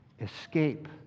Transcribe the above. escape